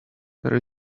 there